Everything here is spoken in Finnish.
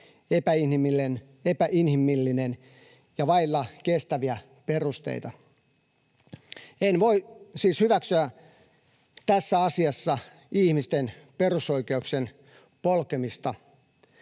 epäinhimillinen ja vailla kestäviä perusteita. En voi siis hyväksyä tässä asiassa ihmisten perusoikeuksien polkemista,